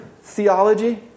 theology